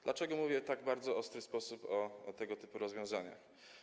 Dlaczego mówię w tak bardzo ostry sposób o tego typu rozwiązaniach?